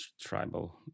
tribal